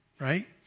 Right